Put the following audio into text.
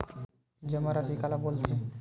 जमा राशि काला बोलथे?